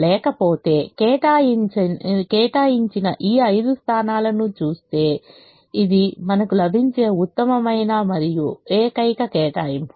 లేకపోతే కేటాయించిన ఈ ఐదు స్థానాలను చూస్తే ఇది మనకు లభించే ఉత్తమమైన మరియు ఏకైక కేటాయింపు